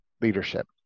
leadership